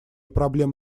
проблем